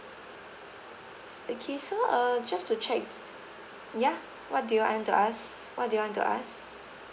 okay so uh just to check ya what do you want to ask what do you want to ask